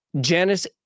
Janice